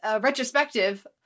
retrospective